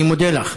אני מוותרת.